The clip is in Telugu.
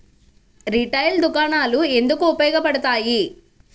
రిటైల్ దుకాణాలు ఎందుకు ఉపయోగ పడతాయి?